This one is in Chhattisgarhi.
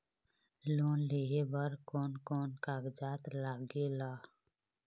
लोन लेहे बर कोन कोन कागजात लागेल?